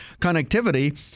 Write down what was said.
connectivity